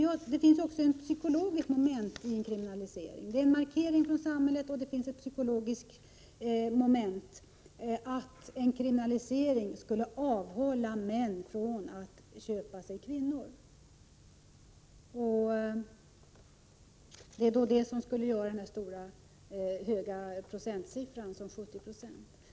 En kriminalisering är en markering från samhället, och det finns också ett psykologiskt moment i a. En kriminalisering skulle avhålla män från att köpa sig kvinnor. Det är det som ligger bakom den höga procentsiffran.